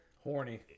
horny